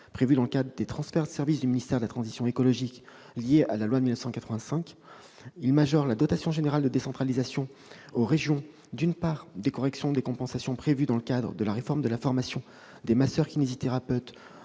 prévues dans le cadre des transferts de services du ministère de la transition écologique et solidaire liés à la loi de 1985. Il majore également la dotation générale de décentralisation affectée aux régions au titre, d'une part, des corrections des compensations prévues dans le cadre de la réforme de la formation des masseurs-kinésithérapeutes